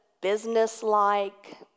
business-like